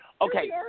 okay